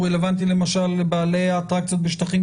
הוא רלוונטי למשל לבעלי האטרקציות בשטחים